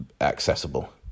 accessible